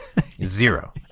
zero